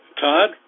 Todd